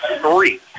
three